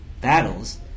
battles